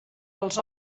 els